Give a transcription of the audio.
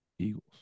Eagles